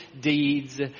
deeds